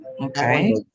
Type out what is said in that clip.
Okay